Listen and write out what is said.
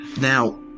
Now